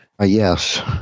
Yes